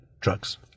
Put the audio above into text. drugs